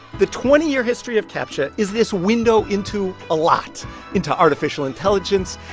the twenty year history of captcha is this window into a lot into artificial intelligence,